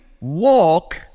walk